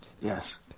Yes